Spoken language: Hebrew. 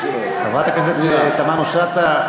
תמנו-שטה,